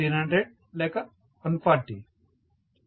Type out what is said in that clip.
student 140